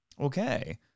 Okay